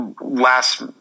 last